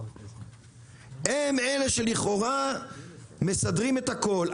הם אלה שלכאורה מסדרים את הכול.